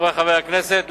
חברי חברי הכנסת,